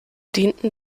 dienten